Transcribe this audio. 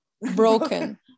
broken